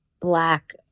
black